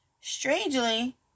strangely